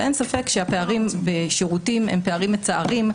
אין ספק שהפערים בשירותים הם פערים מצערים,